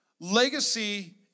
Legacy